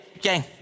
gang